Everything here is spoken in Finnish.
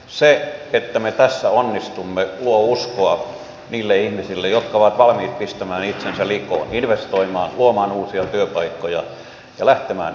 se että me tässä onnistumme luo uskoa niille ihmisille jotka ovat valmiit pistämään itsensä likoon investoimaan luomaan uusia työpaikkoja ja lähtemään yrittäjiksi